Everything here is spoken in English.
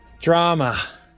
drama